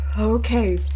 Okay